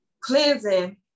cleansing